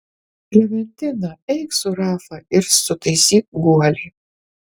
klementina eik su rafa ir sutaisyk guolį